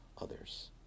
others